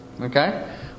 okay